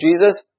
Jesus